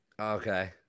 Okay